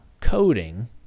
coding